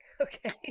Okay